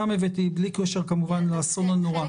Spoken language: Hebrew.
כמובן בלי קשר לאסון הנורא.